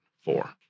four